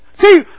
See